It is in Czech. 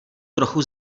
trochu